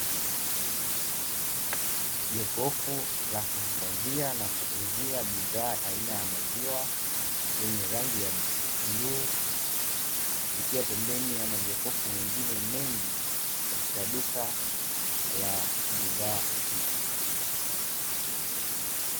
Jokofu la kuhifadhia na kuuzia bidhaa aina ya maziwa, lenye rangi ya bluu, likiwa pembeni ya majokofu mengine mengi, katika duka la bidhaa hiyo.